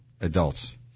adults